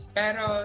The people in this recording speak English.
pero